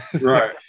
Right